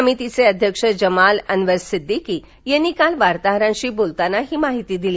समितीचे अध्यक्ष जमाल अन्वर सिद्दिकी यांनी काल वार्ताहरांशी बोलताना ही माहिती दिली